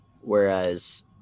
whereas